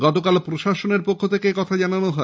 গতকাল প্রশাসনের পক্ষ থেকে একথা জানানো হয়